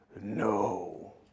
no